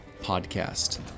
Podcast